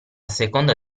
seconda